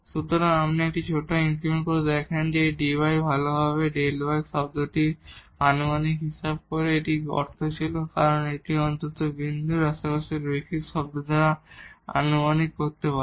সুতরাং যদি আপনি একটি ছোট ইনক্রিমেন্ট করেন তাহলে এই dy ভালভাবে এই Δ y শব্দটির আনুমানিক হিসাব করে এবং এটিই এর অর্থ ছিল যদি আমরা অন্তত বিন্দুর আশেপাশে রৈখিক শব্দ দ্বারা আনুমানিক করতে পারি